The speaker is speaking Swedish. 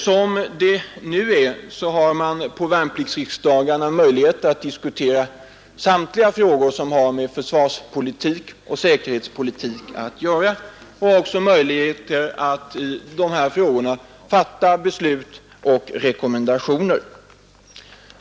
Som det nu är har man på värnpliktsriksdagarna möjlighet att diskutera samtliga frågor som har med försvarsoch säkerhetspolitik att göra. Man har också möjligheter att i dessa frågor fatta beslut och utfärda rekommendationer.